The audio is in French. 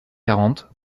quarante